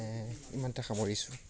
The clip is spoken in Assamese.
ইমানতে সামৰিছোঁ